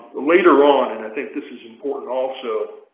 later on and i think this is important also